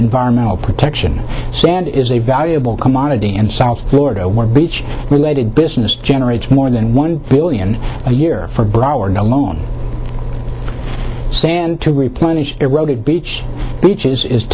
environmental protection sand is a valuable commodity and south florida beach related business generates more than one billion a year for broward no longer sand to replenish eroded beach beaches is